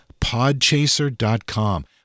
podchaser.com